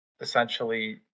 essentially